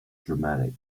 dramatic